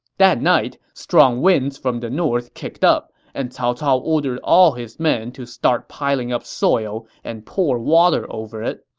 that night, strong winds from the north kicked up, and cao cao ordered all his men to start piling up soil and pour water over it.